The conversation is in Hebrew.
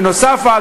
נוסף על כך,